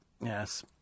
Yes